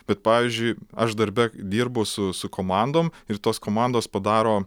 bet pavyzdžiui aš darbe dirbu su su komandom ir tos komandos padaro